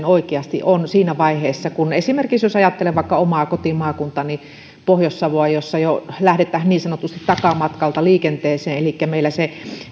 oikeasti on siinä vaiheessa kun esimerkiksi ajattelee vaikka omaa kotimaakuntaani pohjois savoa jossa jo lähdetään niin sanotusti takamatkalta liikenteeseen niin meillä se